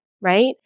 Right